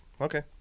okay